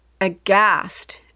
aghast